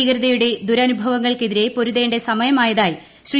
ഭീകരതയുടെ ദുരനുഭവങ്ങൾക്കെതിരെ പൊരുതേണ്ട സമയമായതായി ശ്രീ